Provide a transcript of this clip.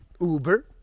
Uber